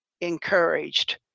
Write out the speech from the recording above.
encouraged